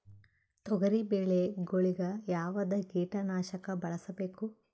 ತೊಗರಿಬೇಳೆ ಗೊಳಿಗ ಯಾವದ ಕೀಟನಾಶಕ ಬಳಸಬೇಕು?